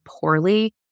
poorly